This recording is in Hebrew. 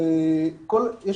יש